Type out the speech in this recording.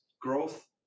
growth